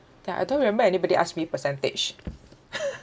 ya I don't remember anybody ask me percentage